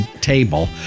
table